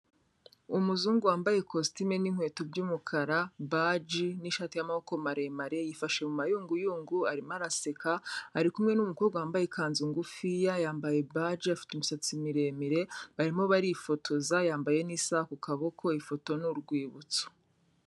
Umuzungu wambaye ikositime n'inkweto by'umukara, baji n'ishati y'amaboko maremare, yifashe mu mayunguyungu arimo araseka, ari kumwe n'umukobwa wambaye ikanzu ngufiya, yambaye baje, afite imisatsi miremire, barimo barifotoza, yambaye n'isaha ku kaboko, ifoto ni urwibutso.